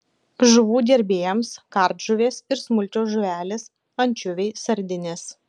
žuvų gerbėjams kardžuvės ir smulkios žuvelės ančiuviai sardinės